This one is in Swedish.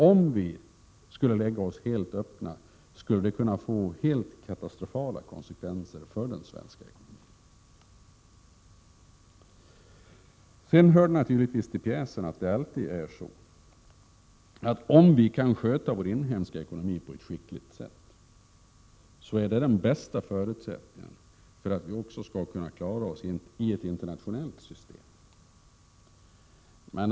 Om vi skulle lägga oss helt öppna, skulle det kunna få katastrofala konsekvenser för den svenska ekonomin. Sedan hör det naturligtvis till pjäsen att det alltid är så att om vi kan sköta vår inhemska ekonomi på ett skickligt sätt så är det den bästa förutsättningen för att vi också skall kunna klara oss i ett internationellt system.